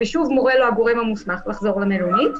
ושוב מורה לו הגורם המוסמך לחזור למלונית,